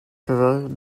covered